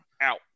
out